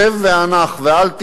שב ואל תדאג